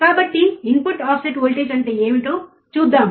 కాబట్టి input offset voltage అంటే ఏమిటో చూద్దాం